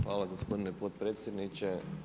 Hvala gospodine potpredsjedniče.